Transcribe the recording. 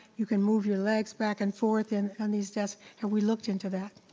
you can move your legs back and forth in and these desks. have we looked into that?